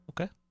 Okay